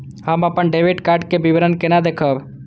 हम अपन debit card के विवरण केना देखब?